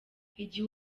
igihe